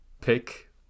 pick